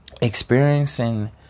experiencing